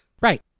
Right